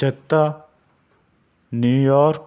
Jeddah New York